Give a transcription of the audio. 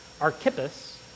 Archippus